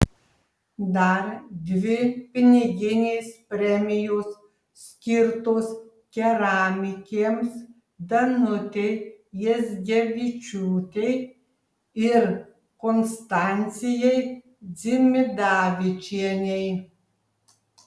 dar dvi piniginės premijos skirtos keramikėms danutei jazgevičiūtei ir konstancijai dzimidavičienei